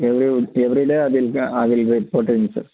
every every day I will I will reporting sir